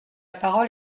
parole